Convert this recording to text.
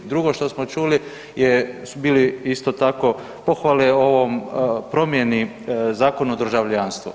Drugo što smo čuli su bili isto tako pohvale ovom, promjeni Zakon o državljanstvu.